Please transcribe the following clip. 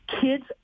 kids